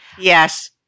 Yes